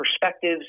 perspectives